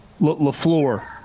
LaFleur